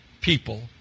people